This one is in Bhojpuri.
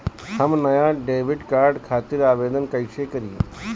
हम नया डेबिट कार्ड खातिर आवेदन कईसे करी?